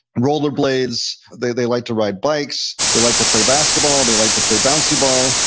rollerblades. they they like to ride bikes. they like to play basketball. they like to play bouncy ball.